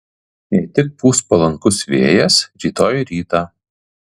jei tik pūs palankus vėjas rytoj rytą